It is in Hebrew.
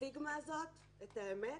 הסטיגמה הזאת, האמת,